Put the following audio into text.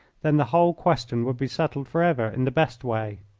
then the whole question would be settled forever in the best way.